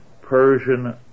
Persian